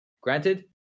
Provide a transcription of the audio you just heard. granted